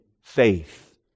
faith